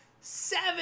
seven